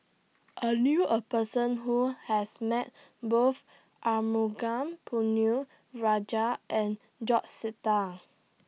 I knew A Person Who has Met Both Arumugam Ponnu Rajah and George Sita